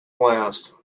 last